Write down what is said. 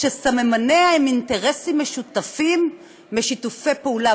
שסממניה הם אינטרסים משותפים משיתופי פעולה